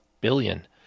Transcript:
billion